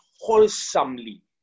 wholesomely